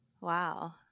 Wow